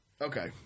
okay